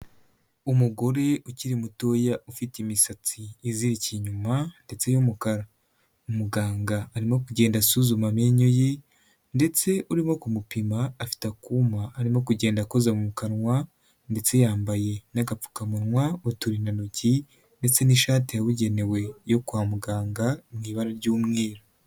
Umugore ukiri mutoya ufite imisatsi izirikiye inyuma ndetse y'umukara, umuganga arimo kugenda asuzuma amenyo ye, ndetse urimo kumupima afite akuma arimo kugenda akoza mu kanwa, ndetse yambaye n'agapfukamunwa, uturindantoki ndetse n'ishati yabugenewe yo kwa muganga, mu ibara ry'umweru.